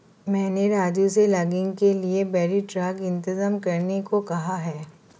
मैंने राजू से लॉगिंग के लिए बड़ी ट्रक इंतजाम करने को कहा है